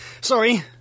sorry